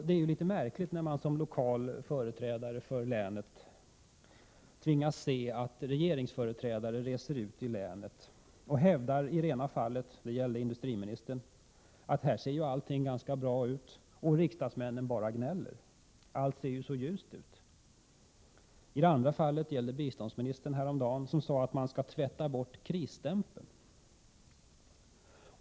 Det är litet märkligt när man som lokal företrädare för länet tvingas se att regeringsrepresentanter reser ut i länet och hävdar, som i det ena fallet — det gällde industriministern —, att här ser ju allting ganska bra ut. Riksdagsmännen bara gnäller, fast allt ser så ljust ut! I det andra fallet gällde det biståndsministern, som häromdagen sade att man skall tvätta bort krisstämpeln.